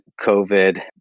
COVID